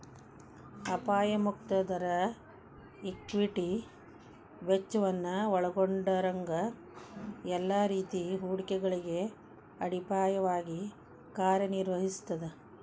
ಅಪಾಯ ಮುಕ್ತ ದರ ಈಕ್ವಿಟಿ ವೆಚ್ಚವನ್ನ ಒಲ್ಗೊಂಡಂಗ ಎಲ್ಲಾ ರೇತಿ ಹೂಡಿಕೆಗಳಿಗೆ ಅಡಿಪಾಯವಾಗಿ ಕಾರ್ಯನಿರ್ವಹಿಸ್ತದ